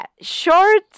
Short